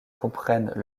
comprennent